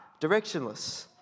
directionless